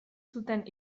zuten